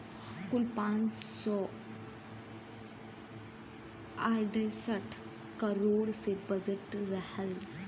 कुल पाँच सौ अड़सठ करोड़ के बजट रहल